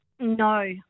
no